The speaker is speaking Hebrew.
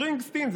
ספרינגסטין.